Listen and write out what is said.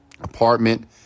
apartment